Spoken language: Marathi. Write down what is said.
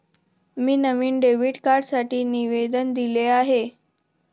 मी नवीन डेबिट कार्डसाठी निवेदन दिले आहे